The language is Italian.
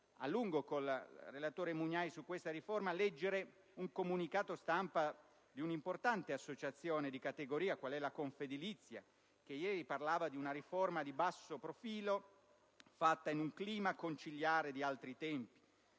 riforma con il relatore Mugnai, leggere un comunicato stampa di un'importante associazione di categoria come la Confedilizia, che ieri parlava di una riforma di basso profilo, fatta in un clima conciliare di altri tempi.